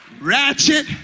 ratchet